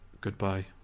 goodbye